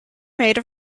made